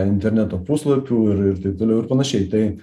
interneto puslapių ir ir taip toliau ir panašiai tai